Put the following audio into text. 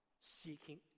seeking